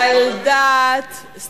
על דעת מי,